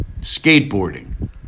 Skateboarding